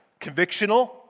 Convictional